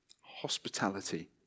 Hospitality